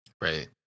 Right